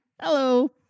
Hello